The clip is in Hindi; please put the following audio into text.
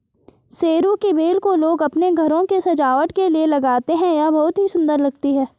सरू की बेल को लोग अपने घरों की सजावट के लिए लगाते हैं यह बहुत ही सुंदर लगती है